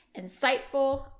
Insightful